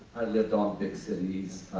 i lived on big cities,